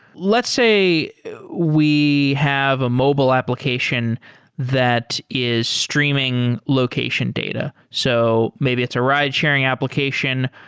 let's say we have a mobile application that is streaming location data. so maybe it's a ridesharing application.